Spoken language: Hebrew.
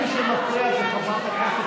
חבר הכנסת